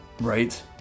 Right